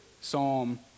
psalm